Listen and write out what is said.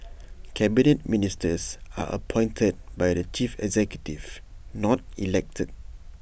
Cabinet Ministers are appointed by the chief executive not elected